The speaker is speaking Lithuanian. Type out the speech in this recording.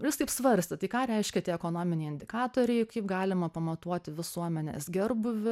jis taip svarstė tai ką reiškia tie ekonominiai indikatoriai kaip galima pamatuoti visuomenės gerbūvį